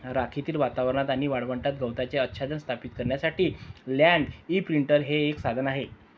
रखरखीत वातावरणात आणि वाळवंटात गवताचे आच्छादन स्थापित करण्यासाठी लँड इंप्रिंटर हे एक साधन आहे